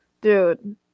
Dude